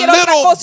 little